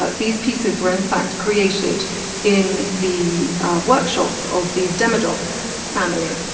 ah these pieces were in fact created in the workshops of the demidov family.